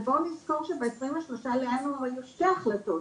בואו נזכור שב-23 לינואר היו שתי החלטות: